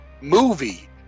movie